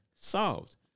solved